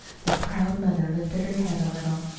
the proud mother lifted her head a little.